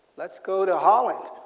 let's go to holland.